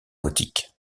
gothique